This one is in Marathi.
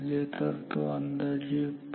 तर तो अंदाजे 5